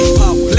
power